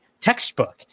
textbook